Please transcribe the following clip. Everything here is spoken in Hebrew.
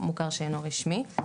מוכר שאינו רשמי.